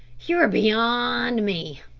you're beyond me,